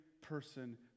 person